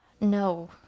No